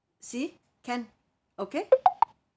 see can okay